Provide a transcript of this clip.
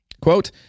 quote